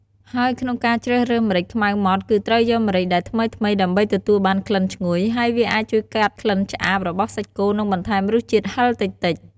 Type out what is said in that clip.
ហើយក្នុងការជ្រើសរើសម្រេចខ្មៅម៉ដ្ឋ គឺត្រូវយកម្រេចដែលថ្មីៗ ដើម្បីទទួលបានក្លិនឈ្ងុយ ហើយវាអាចជួយកាត់ក្លិនឆ្អាបរបស់សាច់គោ និងបន្ថែមរសជាតិហឹរតិចៗ។។